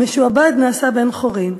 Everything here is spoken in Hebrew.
המשועבד נעשה בן-חורין,